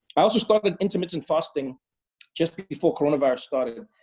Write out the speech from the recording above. i also started intermittent fasting just before coronavirus started,